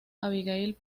abigail